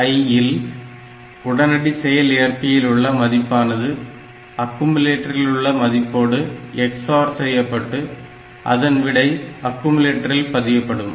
XRI இல் உடனடி செயல்ஏற்பியிலுள்ள மதிப்பானது அக்கும்லேட்டரிலுள்ள மதிப்போடு XOR செய்யப்பட்டு அதன் விடை அக்கும்லேட்டரில் பதியப்படும்